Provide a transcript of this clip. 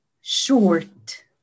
short